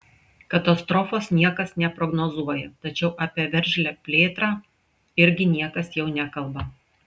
katastrofos niekas neprognozuoja tačiau apie veržlią plėtrą irgi niekas jau nekalba